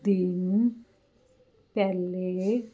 ਦਿਨ ਪਹਿਲੇ